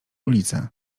ulicę